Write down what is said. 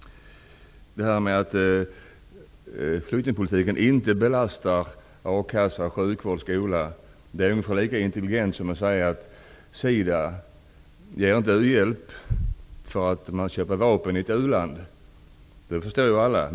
Att säga att flyktingpolitiken inte belastar a-kassa, sjukvård och skola är ungefär lika intelligent som att säga att SIDA inte ger u-hjälp för att man köper vapen i ett u-land. Det förstår ju alla.